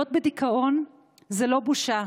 להיות בדיכאון זה לא בושה,